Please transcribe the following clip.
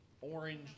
orange